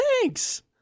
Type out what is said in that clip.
Thanks